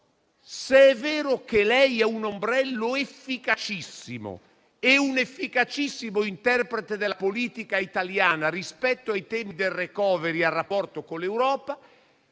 se è vero che è un ombrello efficacissimo e un efficacissimo interprete della politica italiana rispetto ai temi del *recovery* *plan* e del rapporto con l'Europa,